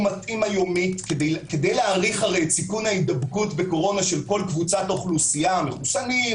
כדי להעריך את סיכון ההידבקות בקורונה של כל קבוצת אוכלוסייה - מחוסנים,